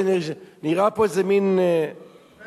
נראה פה איזה מין לחץ,